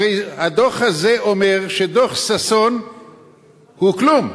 הרי הדוח הזה אומר שדוח-ששון הוא כלום.